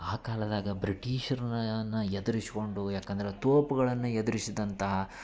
ಆ ಕಾಲದಾಗ ಬ್ರಿಟೀಷರ್ನನ್ನು ಎದ್ರುಸ್ಕೊಂಡು ಯಾಕಂದ್ರೆ ತೋಪುಗಳನ್ನ ಎದ್ರುಸಿದಂತಹ